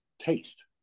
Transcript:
taste